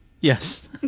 Yes